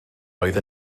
oedd